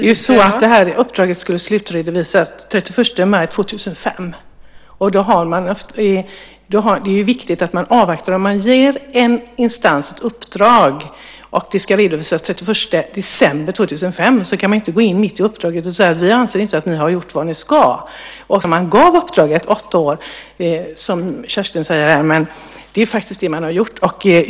Fru talman! Det här uppdraget skulle slutredovisas den 31 maj 2005. Det är viktigt att avvakta. Om en instans ges ett uppdrag och det ska redovisas den 31 december 2005 kan man inte gå in mitt i uppdraget och säga: Vi anser inte att ni har gjort vad ni ska. Sedan kanske det tog lång tid innan man gav uppdraget - åtta år, som Kerstin säger - men det är det man har gjort.